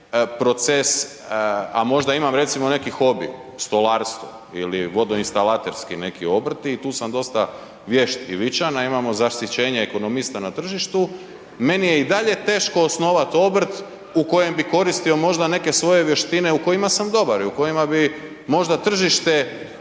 proces a možda imam neki hobi, stolarstvo ili vodoinstalaterski neki obrti i tu sam dosta vješt i vičan a imamo zasićenje ekonomista na tržištu meni je i dalje teško osnovati obrt u kojem bi koristio možda neke svoje vještine u kojima sam dobar i u kojima bi možda tržište